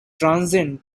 transcend